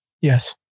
Yes